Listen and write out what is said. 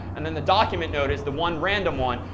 and then the document node is the one random one.